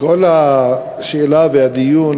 כל השאלה והדיון